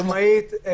חד משמעית.